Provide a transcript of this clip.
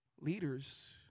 Leaders